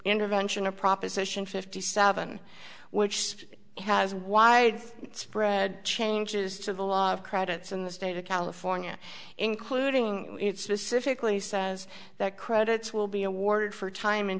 intervention of proposition fifty seven which has wide spread changes to the law of credits in the state of california including specifically says that credits will be awarded for time in